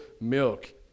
milk